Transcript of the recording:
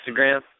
Instagram